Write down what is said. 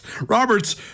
Roberts